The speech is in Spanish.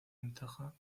ventaja